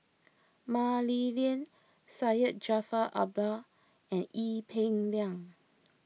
Mah Li Lian Syed Jaafar Albar and Ee Peng Liang